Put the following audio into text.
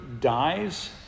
dies